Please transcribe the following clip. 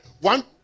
One